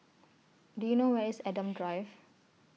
Do YOU know Where IS Adam Drive